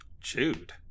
chewed